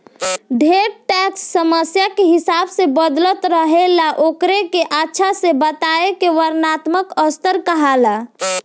ढेरे टैक्स समय के हिसाब से बदलत रहेला ओकरे अच्छा से बताए के वर्णात्मक स्तर कहाला